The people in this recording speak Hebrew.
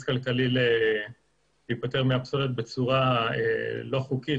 כלכלי להיפטר מהפסולת בצורה לא חוקית,